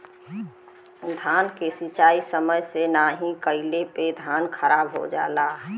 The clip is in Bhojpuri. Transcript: धान के सिंचाई समय से नाहीं कइले पे धान खराब हो जाला